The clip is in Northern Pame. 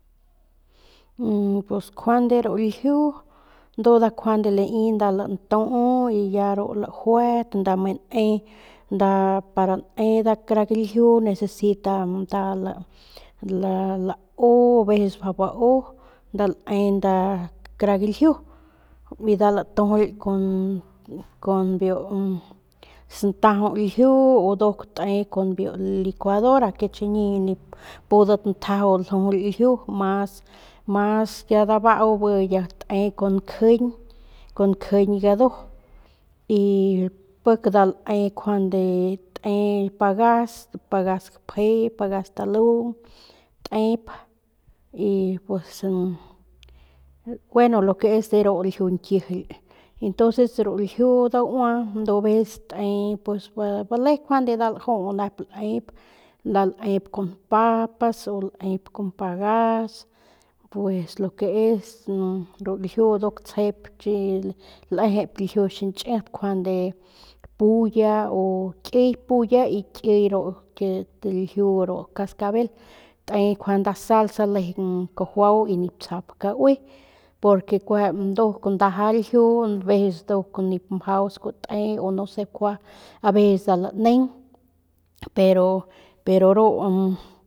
pues njuande ru ljiu ndu nda njuande lai nda lantu y ya ru lajuet nda me ne nda para ne kara galju necesita nda nda lau a veces mjau bau nda lae kara galjiu y nda latujul kun kun biu santaju ljiu u kun nduk te kun licuadora chiñi nip pudat njajau ljujuly lju mas mas ya dabau bi ya te kun nkjiñ kun nkjiñ gadu y pik nda lae njuande te pagas pagas gapje pagas talung y pues gueno lo que es ljiu nkijily ntonces ru ljiu daua aveces tep bale nep laju nep nep nda laep con papas o kun pagas pues lo que es ru ljiu nduk tsjep chil lejep lju xiñchit njuande puya o kiy puya y kiy ru kit lju cascabel te juande nda salsa lejeng kajuau y nip tsjau kaui porque kueje nduk ndaja lju nduk veces nip sku mjau pete o no se kjua avecesnda laneg pero pero ru.